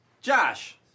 Josh